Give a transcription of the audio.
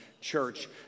Church